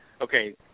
okay